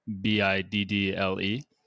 B-I-D-D-L-E